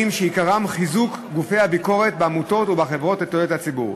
שעיקרם חיזוק גופי הביקורת בעמותות ובחברות לתועלת הציבור,